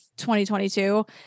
2022